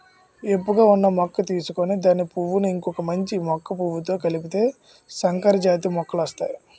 ఏపుగా ఉన్న మొక్క తీసుకొని దాని పువ్వును ఇంకొక మంచి మొక్క పువ్వుతో కలిపితే సంకరజాతి మొక్కలొస్తాయి